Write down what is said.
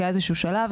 כי היה איזשהו שלב